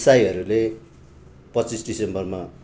इसाईहरूले पच्चिस दिसम्बरमा